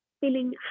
feeling